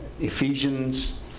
Ephesians